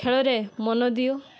ଖେଳରେ ମନଦିଅ